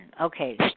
Okay